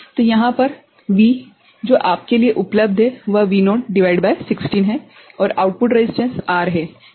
तो यहाँ पर V जो आपके लिए उपलब्ध है वह V0 भागित 16 है और आउटपुट प्रतिरोध R है क्या यह ठीक है